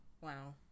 Wow